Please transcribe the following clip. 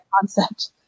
concept